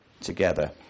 together